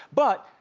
but,